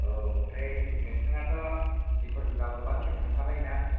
औ ओमफ्राय नोंथाङाथ' दिपरबिलाव गोबां खेब थांखांबाय दां